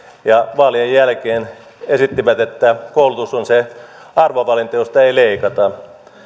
ja vaalien jälkeen esittivät että koulutus on se arvovalinta josta ei leikata